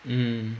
um